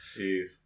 jeez